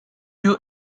you